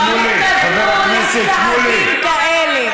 בדיוק התכוונו לצעדים כאלה,